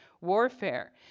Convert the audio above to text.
warfare